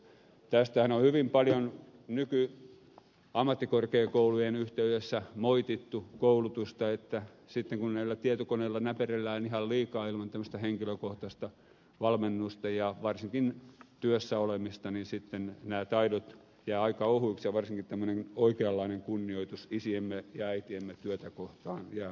tästähän on hyvin paljon nykyisten ammattikorkeakoulujen yhteydessä moitittu koulutusta että sitten kun näillä tietokoneilla näperrellään ihan liikaa ilman henkilökohtaista valmennusta ja varsinkin työssä olemista niin nämä taidot jäävät aika ohuiksi ja varsinkin tämmöinen oikeanlainen kunnioitus isiemme ja äitiemme työtä kohtaan jää puutteelliseksi